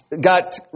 got